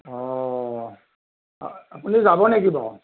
অঁ আ আপুনি যাব নেকি বাৰু